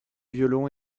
violon